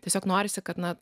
tiesiog norisi kad